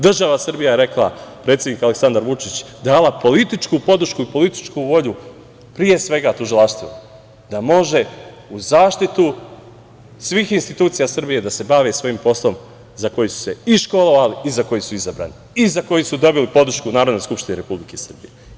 Država Srbija je rekla, predsednik Aleksandar Vučić, dala političku podršku i političku volju, pre svega, tužilaštvu da može, uz zaštitu svih institucija Srbije, da se bavi svojim poslom za koji su se i školovali i za koji su izabrani i za koji su dobili podršku Narodne skupštine Republike Srbije.